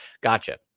gotcha